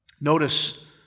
Notice